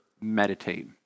meditate